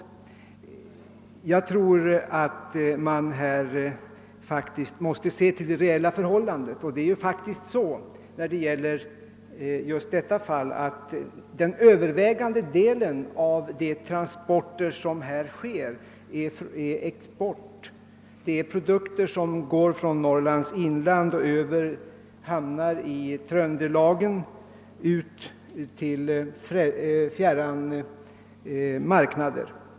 Jag anser att man här måste se till det reella förhållandet. Den övervägande delen av de transporter som här förekommer avser export av produkter från Norrlands inland över hamnar i Tröndelagen ut till fjärran marknader.